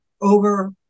over-